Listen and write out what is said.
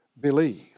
believe